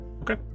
Okay